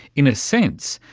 in a sense,